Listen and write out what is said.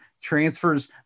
transfers